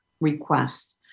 request